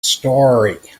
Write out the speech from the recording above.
story